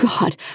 God